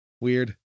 weird